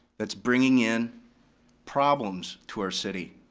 that's bringing in problems to our city.